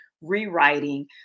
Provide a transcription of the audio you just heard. rewriting